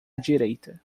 direita